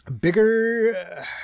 bigger